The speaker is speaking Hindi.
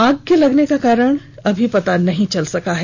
आग के लगने का कारण का पता नहीं चल सका है